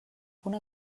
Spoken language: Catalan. una